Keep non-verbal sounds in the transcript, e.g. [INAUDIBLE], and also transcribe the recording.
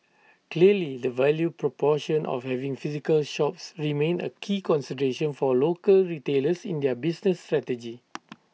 clearly the value proposition of having physical shops remains A key consideration for local retailers in their business strategy [NOISE]